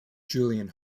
julian